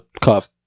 cuff